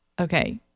okay